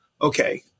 okay